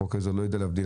החוק הזה לא יודע להבדיל.